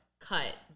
cut